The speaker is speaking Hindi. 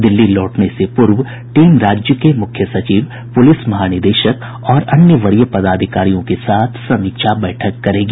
दिल्ली लौटने से पूर्व टीम राज्य के मुख्य सचिव पुलिस महानिदेशक और अन्य वरीय पदाधिकारियों के साथ समीक्षा बैठक करेगी